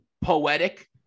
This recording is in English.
poetic